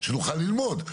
שנוכל ללמוד.